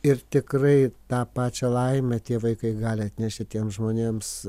ir tikrai tą pačią laimę tie vaikai gali atnešti tiems žmonėms